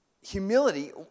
humility